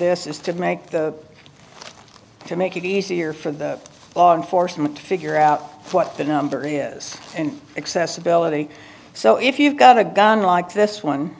this is to make the to make it easier for the law enforcement to figure out what the number is and accessibility so if you've got a gun like this one